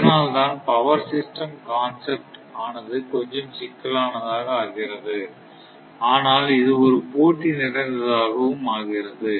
இதனால்தான் power system concept ஆனது கொஞ்சம் சிக்கலானதாக ஆகிறது ஆனால் இது ஒரு போட்டி நிறைந்ததாகவும் ஆகிறது